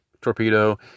torpedo